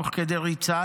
תוך כדי ריצה,